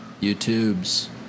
YouTube's